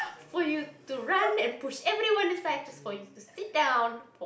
for you to run and push everyone aside just for you to sit down